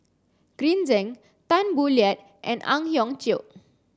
Green Zeng Tan Boo Liat and Ang Hiong Chiok